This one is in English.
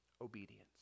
obedience